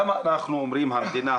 למה אנחנו אומרים המדינה,